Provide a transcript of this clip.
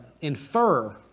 infer